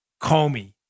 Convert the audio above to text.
Comey